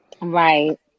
Right